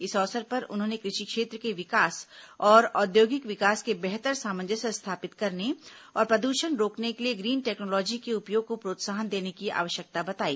इस अवसर पर उन्होंने कृषि क्षेत्र के विकास और औद्योगिक विकास के बीच बेहतर सामंजस्य स्थापित करने और प्रदूषण रोकने के लिए ग्रीन टेक्नोलॉजी के उपयोग को प्रोत्साहन देने की जरूरत बताई